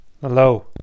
Hello